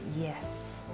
yes